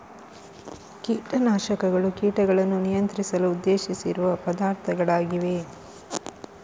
ಕೀಟ ನಾಶಕಗಳು ಕೀಟಗಳನ್ನು ನಿಯಂತ್ರಿಸಲು ಉದ್ದೇಶಿಸಿರುವ ಪದಾರ್ಥಗಳಾಗಿವೆ